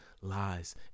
lies